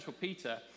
Peter